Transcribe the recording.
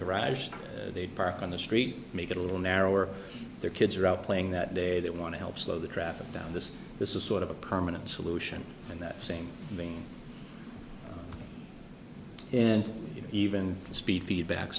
garage they'd park on the street make it a little narrower their kids are out playing that day they want to help slow the traffic down this this is sort of a permanent solution in that same vein and even the speed feedback